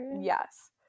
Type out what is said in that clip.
yes